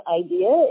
idea